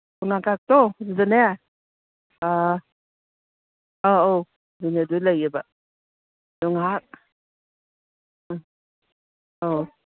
ꯈꯣꯡꯅꯥꯡ ꯀꯥꯔꯛꯇꯣ ꯑꯗꯨꯗꯅꯦ ꯑꯧ ꯑꯧ ꯑꯗꯨꯗ ꯂꯩꯌꯦꯕ ꯑꯗꯨ ꯉꯥꯏꯍꯥꯛ ꯎꯝ ꯑꯧ